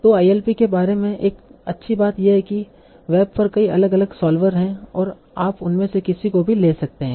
तो ILP के बारे में एक अच्छी बात यह है कि वेब पर कई अलग अलग सॉल्वर हैं और आप उनमें से किसी को भी ले सकते हैं